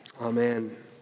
Amen